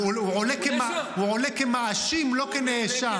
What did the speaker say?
הוא עולה כמאשים, לא כנאשם.